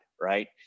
right